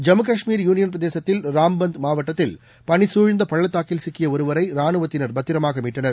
Jammu Kashmir union பிரதேசத்தில் ராம்பந்த் மாவட்டத்தில் பனி சூழ்ந்த பள்ளத்தாக்கில் சிக்கிய ஒருவரை ராணுவத்தினர் பத்திரமாக மீட்டனர்